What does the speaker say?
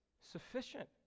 sufficient